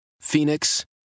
Phoenix